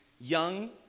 young